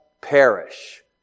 perish